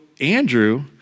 Andrew